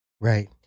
Right